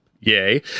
yay